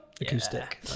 Acoustic